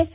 S